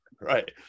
right